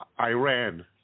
iran